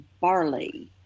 barley